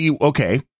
Okay